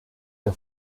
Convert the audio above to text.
der